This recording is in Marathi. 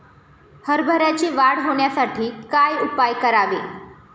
हरभऱ्याची वाढ होण्यासाठी काय उपाय करावे?